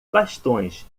bastões